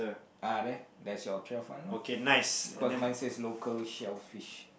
ah there that's your trail fund lor cause mine says local shellfish